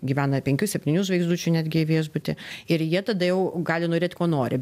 gyvena penkių septynių žvaigždučių netgi viešbutyje ir jie tada jau gali norėt ko nori